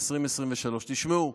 התשפ"ג 2023. תשמעו,